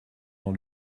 dans